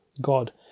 God